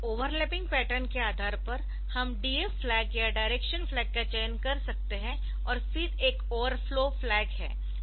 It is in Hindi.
ओवरलैपिंग पैटर्न के आधार पर हम DF फ्लैग या डायरेक्शन फ्लैग का चयन कर सकते है और फिर एक ओवरफ्लो फ्लैग है